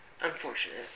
unfortunate